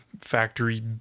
factory